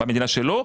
במדינה שלו,